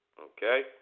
Okay